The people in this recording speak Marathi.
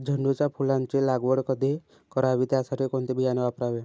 झेंडूच्या फुलांची लागवड कधी करावी? त्यासाठी कोणते बियाणे वापरावे?